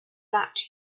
that